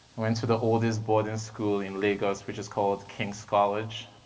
went to the oldest boarding school in lagos which is called king's college.